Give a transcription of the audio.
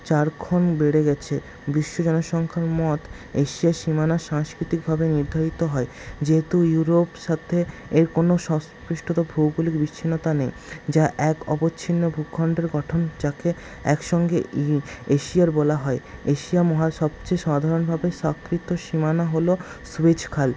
চারগুণ বেড়ে গেছে বিশ্ব জনসংখ্যার মত এশিয়া সীমানা সাংস্কৃতিকভাবে নির্ধারিত হয় যেহেতু ইউরোপ সাথে এর কোন সস্পৃষ্টতা ভৌগলিক বিচ্ছিন্নতা নেই যা এক অবিছিন্ন ভূখণ্ডের গঠন যাকে একসঙ্গে এশিয়া বলা হয় এশিয়া মহা সবচেয়ে সাধারণভাবে সীমানা হল সুয়েজ খাল